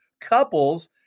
couples